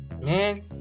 man